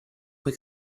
poi